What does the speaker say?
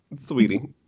Sweetie